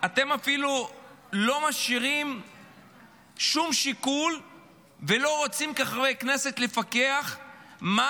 אתם אפילו לא משאירים שום שיקול ולא רוצים כחברי כנסת לפקח על מה